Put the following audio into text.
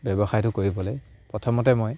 ব্যৱসায়টো কৰিবলে প্ৰথমতে মই